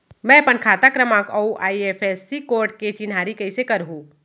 मैं अपन खाता क्रमाँक अऊ आई.एफ.एस.सी कोड के चिन्हारी कइसे करहूँ?